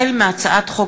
החל בהצעת חוק